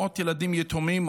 מאות ילדים יתומים,